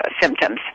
symptoms